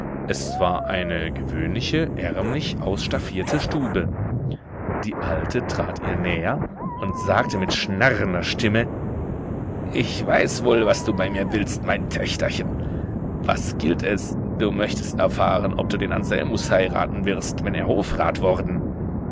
es war eine gewöhnliche ärmlich ausstaffierte stube die alte trat ihr näher und sagte mit schnarrender stimme ich weiß wohl was du bei mir willst mein töchterchen was gilt es du möchtest erfahren ob du den anselmus heiraten wirst wenn er hofrat worden